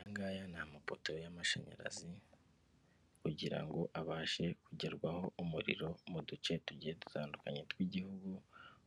Aya ngaya ni amapoto y'amashanyarazi, kugira ngo abashe kugerwaho umuriro mu duce tugiye dutandukanye tw'igihugu,